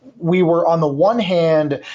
we were on the one hand,